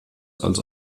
als